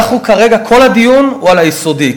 כרגע כל הדיון הוא על היסודי,